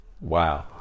Wow